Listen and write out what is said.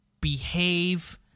behave